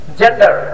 gender